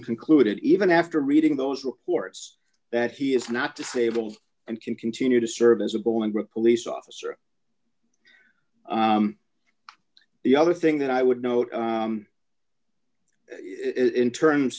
concluded even after reading those reports that he is not disabled and can continue to serve as a bolingbrook police officer the other thing that i would note is in terms